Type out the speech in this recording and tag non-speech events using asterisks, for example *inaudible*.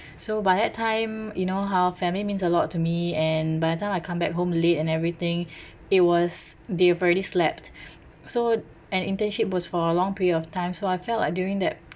so by that time you know how family means a lot to me and by the time I come back home late and everything *breath* it was they've already slept *breath* so an internship was for a long period of time so I felt like during that